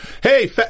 hey